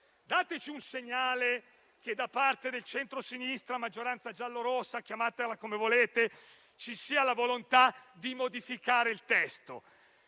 dato un segnale, da parte del centrosinistra, della maggioranza giallorossa (chiamatela come volete), della volontà di modificare il testo.